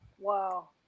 Wow